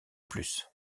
plus